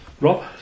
Rob